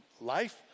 life